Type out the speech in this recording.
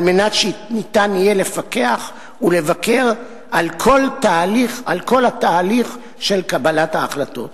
על מנת שיהיה ניתן לפקח על כל התהליך של קבלת ההחלטות